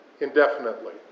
indefinitely